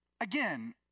again